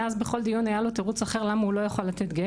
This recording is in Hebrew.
מאז בכל דיון היה לו דיון אחר למה הוא לא יכל לתת גט